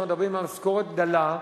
אנחנו מדברים על משכורת דלה,